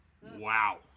Wow